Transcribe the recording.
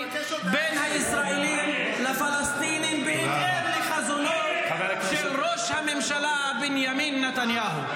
בין הישראלים לפלסטינים בהתאם לחזונו של ראש הממשלה בנימין נתניהו.